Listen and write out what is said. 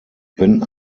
wenn